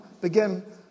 begin